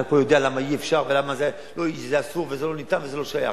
אני רק יודע למה אי-אפשר ולמה זה אסור ולא ניתן ולא שייך,